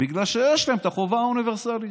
בגלל שיש להם את החובה האוניברסלית.